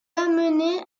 amené